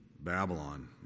Babylon